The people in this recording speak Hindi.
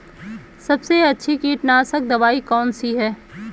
सबसे अच्छी कीटनाशक दवाई कौन सी है?